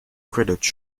credits